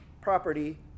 property